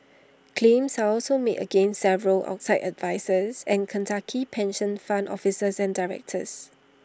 claims are also made against several outside advisers and Kentucky pension fund officers and directors